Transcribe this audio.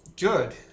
good